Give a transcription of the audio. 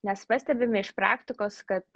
nes pastebime iš praktikos kad